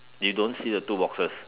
you don't see the two boxes